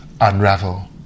unravel